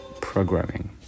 programming